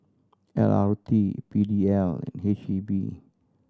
L R T P D L H E B